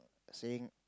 saying